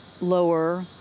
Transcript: lower